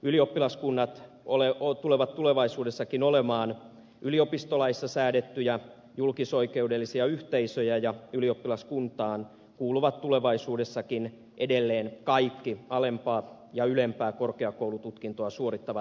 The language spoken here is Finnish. ylioppilaskunnat tulevat tulevaisuudessakin olemaan yliopistolaissa säädettyjä julkisoikeudellisia yhteisöjä ja ylioppilaskuntaan kuuluvat tulevaisuudessakin edelleen kaikki alempaa ja ylempää korkeakoulututkintoa suorittavat opiskelijat